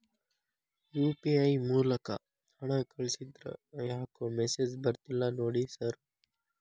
UPI ಮೂಲಕ ಹಣ ಕಳಿಸಿದ್ರ ಯಾಕೋ ಮೆಸೇಜ್ ಬರ್ತಿಲ್ಲ ನೋಡಿ ಸರ್?